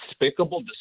despicable